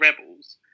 Rebels